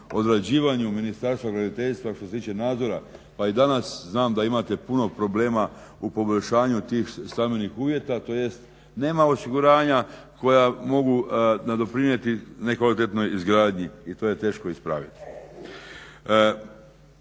odrađivanju Ministarstva graditeljstva što se tiče nadzora. Pa i danas znam da imate puno problema u poboljšanju tih stambenih uvjeta tj. nema osiguranja koja mogu nadoknaditi nekvalitetnu izgradnju i to je teško ispraviti.